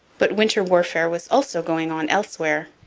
but winter warfare was also going on elsewhere.